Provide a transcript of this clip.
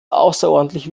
außerordentlich